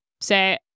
say